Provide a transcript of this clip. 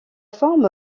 forme